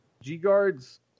G-guards